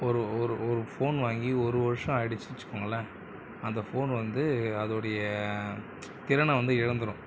ஒரு ஒரு ஒரு ஃபோன் வாங்கி ஒரு வருஷம் ஆகிடுச்சினு வச்சுக்கோங்களேன் அந்த ஃபோன் வந்து அதோடைய திறனை வந்து இழந்துடும்